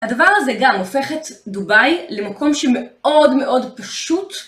הדבר הזה גם הופך את דובאי למקום שמאוד מאוד פשוט.